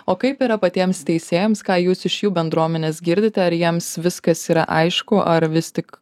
o kaip yra patiems teisėjams ką jūs iš jų bendruomenės girdite ar jiems viskas yra aišku ar vis tik